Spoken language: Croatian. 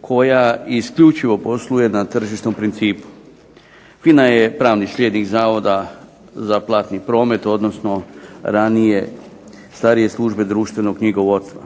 koja isključivo posluje na tržišnom principu. FINA je pravni sljednik Zavoda za platni promet, odnosno ranije starije službe društvenog knjigovodstva.